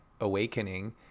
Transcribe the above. awakening